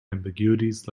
ambiguities